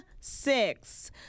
six